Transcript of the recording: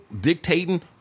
dictating